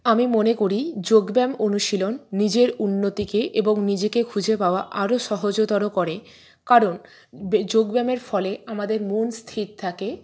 আমি মনে করি যোগ ব্যায়াম অনুশীলন নিজের উন্নতিকে এবং নিজেকে খুঁজে পাওয়া আরো সহজতর করে কারণ যোগ ব্যায়ামের ফলে আমাদের মন স্থির থাকে